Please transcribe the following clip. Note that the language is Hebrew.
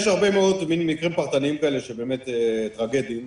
יש הרבה מאוד מקרים פרטניים כאלה שבאמת טרגיים.